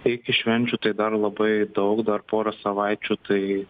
iki švenčių tai dar labai daug dar pora savaičių tai